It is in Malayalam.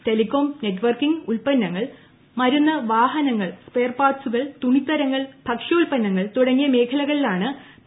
ടെലികോം നെറ്റ് വർക്കിംഗ് ഉൽപ്പന്നങ്ങൾ മരുന്ന് വാഹനങ്ങൾ സ്പെയർപാർട്സുകൾ തുണിത്തരങ്ങൾ ഭക്ഷ്യാല്പന്നങ്ങൾ തുടങ്ങിയ മേഖലകളിലാണ് പി